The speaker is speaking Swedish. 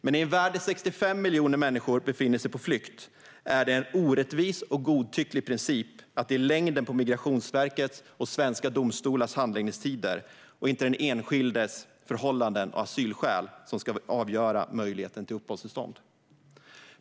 Men i en värld där 65 miljoner människor befinner sig på flykt är det en orättvis och godtycklig princip att det är längden på Migrationsverkets och svenska domstolars handläggningstider och inte den enskildes förhållanden och asylskäl som ska avgöra möjligheten till uppehållstillstånd.